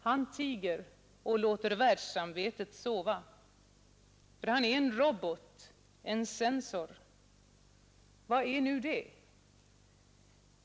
Han tiger och låter världssamvetet sova, för han är en robot, en sensor. Vad är nu det?